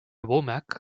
womack